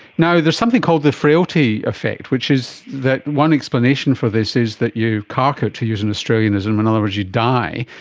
now, there's something called the frailty effect which is that one explanation for this is you cark it, to use an australianism, in other words you die,